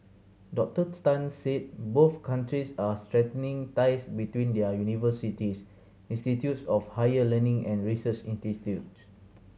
Doctor Tan said both countries are strengthening ties between their universities institutes of higher learning and research institutes